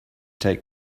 take